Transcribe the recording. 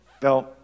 felt